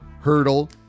Hurdle